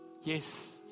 yes